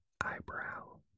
eyebrow